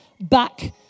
back